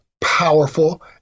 powerful